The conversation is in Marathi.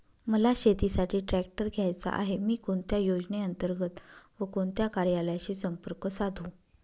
मला शेतीसाठी ट्रॅक्टर घ्यायचा आहे, मी कोणत्या योजने अंतर्गत व कोणत्या कार्यालयाशी संपर्क साधू?